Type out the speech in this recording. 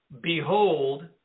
behold